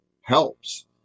helps